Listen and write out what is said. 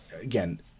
again